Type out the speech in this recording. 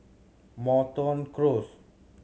Moreton Close